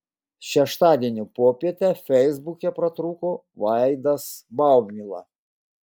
šeštadienio popietę feisbuke pratrūko vaidas baumila